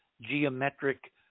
geometric